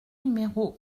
numéro